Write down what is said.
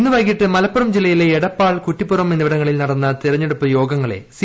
ഇന്ന് വൈകിട്ട് മലപ്പുറം ജില്ലയിലെ എടപ്പാൾ കുറ്റിപ്പും എന്നിവിടങ്ങളിൽ നടന്ന തെരഞ്ഞെടുപ്പ് യോഗങ്ങളെ സി